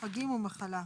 חגים ומחלה".